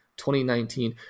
2019